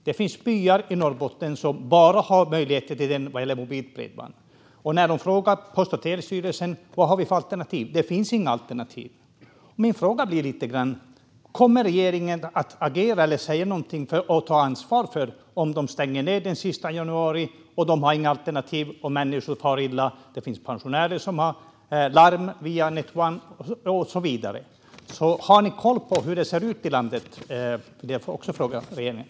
Det finns byar i Norrbotten som bara har den möjligheten vad gäller mobilt bredband. När de frågar Post och telestyrelsen vad de har för alternativ blir svaret att det inte finns några. Min fråga blir då: Kommer regeringen att agera eller säga någonting och ta ansvar för om Net1 stänger ned den 31 januari och människor inte har några alternativ och far illa? Det finns pensionärer som har larm via Net1 och så vidare. Jag vill också fråga regeringen: Har ni koll på hur det ser ut i landet?